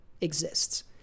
exists